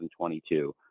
2022